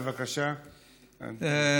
בבקשה, אדוני.